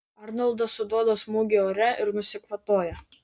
arnoldas suduoda smūgį ore ir nusikvatoja